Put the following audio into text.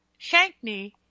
Shankney